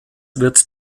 wird